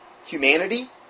humanity